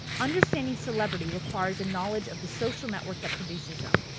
understanding celebrity requires a knowledge of the social network that produces them.